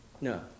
no